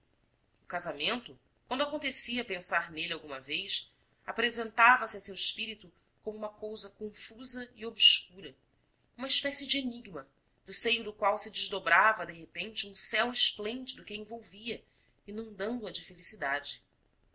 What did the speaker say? casamento quando acontecia pensar nele alguma vez apresentava se a seu espírito como uma cousa confusa e obscura uma espécie de enigma do seio do qual se desdobrava de repente um céu esplêndido que a envolvia inundando a de feli cidade